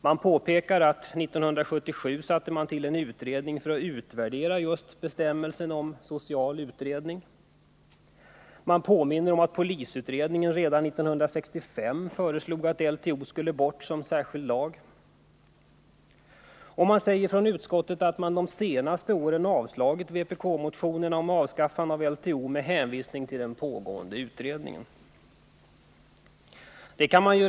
Man påpekar att man 1977 satte till en utredning för att utvärdera just bestämmelsen om social utredning. Man påminner om att polisutredningen redan 1975 föreslog att LTO skulle bort som särskild lag. Och man säger ifrån utskottets sida att riksdagen under de senaste åren avslagit vpk-motioner om avskaffande av LTO med hänvisning till den pågående utredningen.